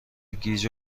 گیج